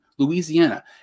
Louisiana